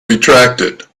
retracted